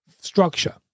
structure